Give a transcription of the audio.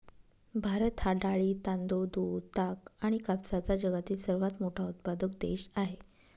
भारत हा डाळी, तांदूळ, दूध, ताग आणि कापसाचा जगातील सर्वात मोठा उत्पादक देश आहे